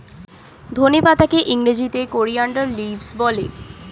ধনে পাতাকে ইংরেজিতে কোরিয়ানদার লিভস বলে